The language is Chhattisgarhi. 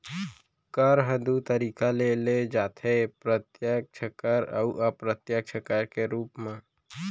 कर ह दू तरीका ले लेय जाथे प्रत्यक्छ कर अउ अप्रत्यक्छ कर के रूप म